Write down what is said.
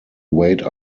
wait